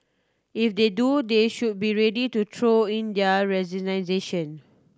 if they do they should be ready to throw in their resignation